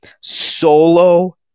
solo